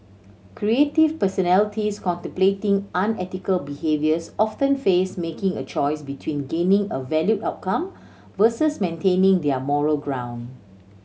creative personalities contemplating unethical behaviours often face making a choice between gaining a valued outcome versus maintaining their moral ground